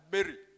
Mary